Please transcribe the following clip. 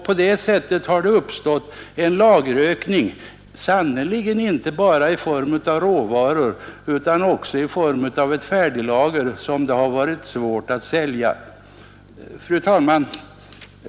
På det sättet har det uppstått en lagerökning, sannerligen inte bara i form av råvaror utan också i form av färdigprodukter, som det har varit svårt att sälja. Fru talman!